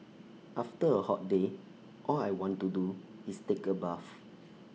after A hot day all I want to do is take A bath